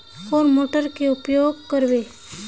कौन मोटर के उपयोग करवे?